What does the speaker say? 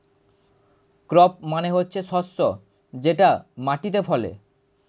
crop মানে হচ্ছে শস্য যেটা মাটিতে ফলে